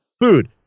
Food